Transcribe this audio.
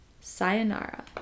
Sayonara